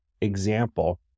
example